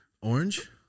Orange